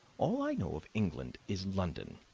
all i know of england is london,